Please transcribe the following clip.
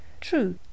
True